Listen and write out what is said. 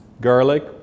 garlic